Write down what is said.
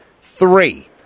three